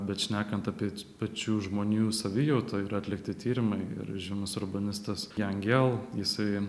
bet šnekant apie pačių žmonių savijautą yra atlikti tyrimai ir žymus urbanistas jan gel jisai